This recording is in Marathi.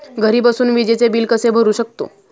घरी बसून विजेचे बिल कसे भरू शकतो?